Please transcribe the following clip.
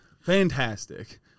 fantastic